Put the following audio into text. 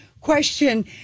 question